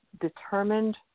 determined